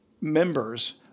members